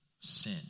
sin